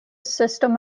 system